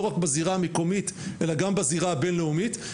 לא רק בזירה המקומית אלא גם בזירה הבינלאומית,